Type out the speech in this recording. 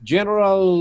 General